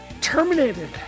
Terminated